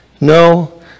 No